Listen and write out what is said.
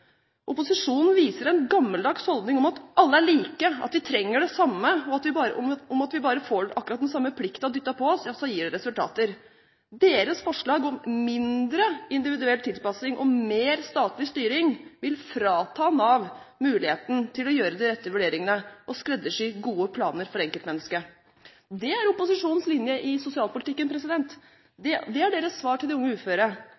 Opposisjonen viser en gammeldags holdning om at alle er like, at vi trenger det samme, og bare vi får akkurat den samme plikten dyttet på oss, så gir det resultater. Deres forslag om mindre individuell tilpasning og mer statlig styring vil frata Nav muligheten til å gjøre de rette vurderingene og skreddersy gode planer for enkeltmennesket. Det er opposisjonens linje i sosialpolitikken. Det er deres svar til de unge uføre.